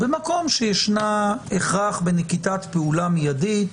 במקום שיש הכרח בנקיטת פעולה מידית,